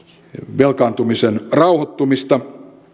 velkaantumisen rauhoittumista